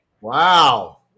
Wow